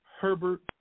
Herbert